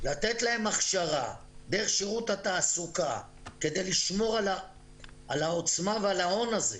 לתת להם הכשרה דרך שירות התעסוקה כדי לשמור על העצמה ועל ההון הזה,